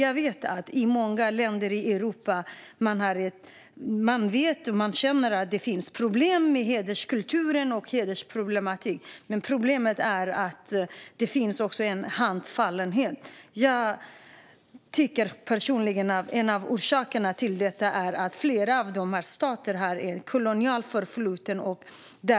Jag vet att man i många länder i Europa känner till att det finns problem med hederskultur; problemet är att det även finns en handfallenhet. Jag tror personligen att en av orsakerna till detta är att flera av dessa stater har ett kolonialt förflutet.